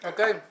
Okay